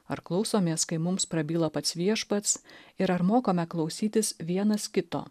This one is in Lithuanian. ar klausomės kai mums prabyla pats viešpats ir ar mokame klausytis vienas kito